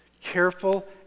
Careful